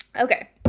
Okay